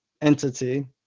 entity